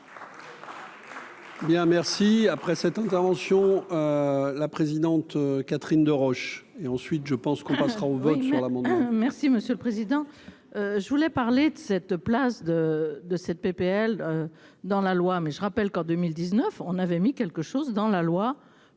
merci, après cette intervention, la présidente Catherine Deroche et ensuite, je pense qu'on passera au vote sur la. Merci monsieur le président, je voulais parler de cette place de de cette PPL dans la loi, mais je rappelle qu'en 2019 on avait mis quelque chose dans la loi